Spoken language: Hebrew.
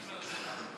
58,